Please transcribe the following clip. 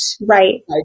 right